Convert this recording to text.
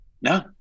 no